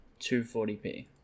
240p